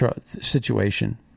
situation